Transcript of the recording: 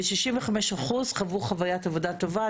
ו-65 אחוז חוו חוויית עבודה טובה,